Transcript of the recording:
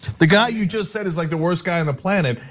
the guy you just said is like the worst guy on the planet,